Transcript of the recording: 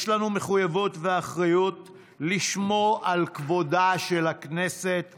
יש לנו מחויבות ואחריות לשמור על כבודה של הכנסת ומעמדה,